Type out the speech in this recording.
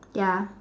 ya